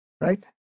right